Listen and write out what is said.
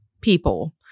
people